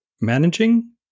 managing